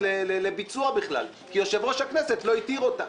לביצוע בכלל כי יושב-ראש הכנסת לא התיר אותה.